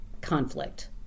conflict